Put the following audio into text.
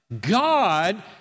God